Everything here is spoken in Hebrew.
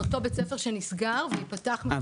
אותו בית ספר שנסגר ויפתח מחדש.